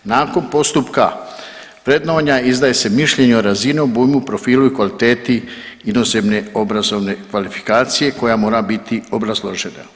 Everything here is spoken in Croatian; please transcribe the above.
Nakon postupka vrednovanja izdaje se mišljenje o razini, obujmu, profilu i kvaliteti inozemne obrazovne kvalifikacije koja mora biti obrazložena.